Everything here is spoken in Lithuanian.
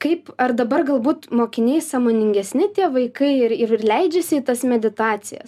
kaip ar dabar galbūt mokiniai sąmoningesni tie vaikai ir ir leidžiasi į tas meditacijas